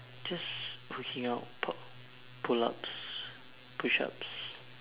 just working out pull pull ups push ups